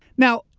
now,